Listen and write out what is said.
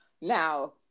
Now